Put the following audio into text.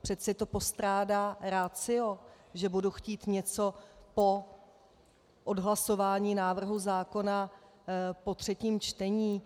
Přece to postrádá ratio, že budu chtít něco po odhlasování návrhu zákona po třetím čtení.